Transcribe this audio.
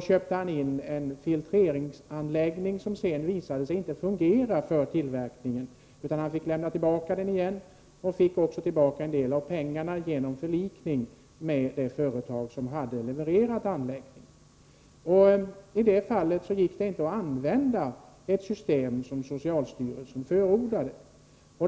köpte t.ex. en filtreringsanläggning som visade sig inte fungera för tillverkningen. Han lämnade tillbaka den igen och fick tillbaka en del av pengarna genom förlikning med det företag som hade levererat anläggningen. I det fallet gick det inte att använda det system som socialstyrelsen förordade.